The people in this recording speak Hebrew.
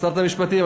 שרת המשפטים,